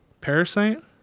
parasite